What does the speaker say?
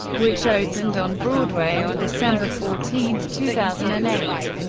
which opened on broadway on december fourteen, two thousand and eight.